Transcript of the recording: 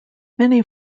many